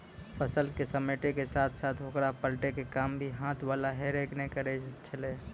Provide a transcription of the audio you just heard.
फसल क समेटै के साथॅ साथॅ होकरा पलटै के काम भी हाथ वाला हे रेक न करै छेलै